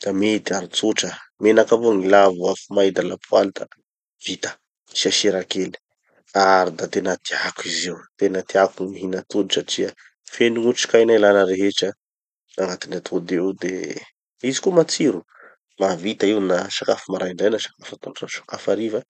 da mety aby, tsotra, menaky avao gn'ilà vo afo may da lapoaly da vita, asia sira kely. Ary da tena tiako izy io tena tiako gny mihina atody satria feno otrik'aina ilana rehetra agnatin'atody io de izy koa matsiro. Mahavita io na sakafo maraindray na sakafo atoandro na sakafo hariva,